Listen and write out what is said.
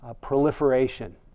proliferation